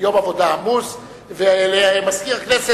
ולמזכיר הכנסת,